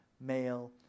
male